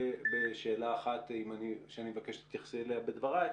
בשאלה אחת שאני מבקש שתתייחסי אליה בדבריך.